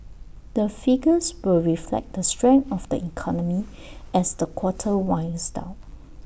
the figures will reflect the strength of the economy as the quarter winds down